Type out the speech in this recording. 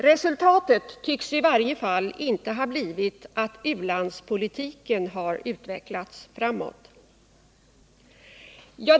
Resultatet tycks i varje fall inte ha blivit att u-landspolitiken utvecklats till det bättre.